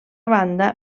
banda